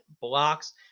blocks